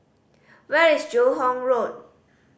where is Joo Hong Road